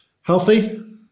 Healthy